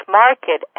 market